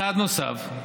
צעד נוסף,